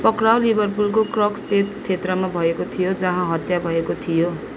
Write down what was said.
पक्राउ लिभरपुलको कक स्ट्रेट क्षेत्रमा भएको थियो जहाँ हत्या भएको थियो